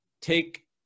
take